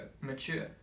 mature